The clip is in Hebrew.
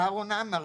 אהרון עמר',